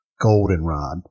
goldenrod